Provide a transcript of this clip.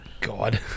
God